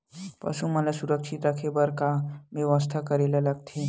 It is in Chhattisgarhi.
पशु मन ल सुरक्षित रखे बर का बेवस्था करेला लगथे?